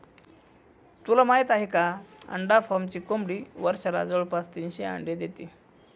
तुला माहित आहे का? अंडा फार्मची कोंबडी वर्षाला जवळपास तीनशे अंडी देते